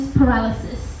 paralysis